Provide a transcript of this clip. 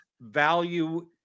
value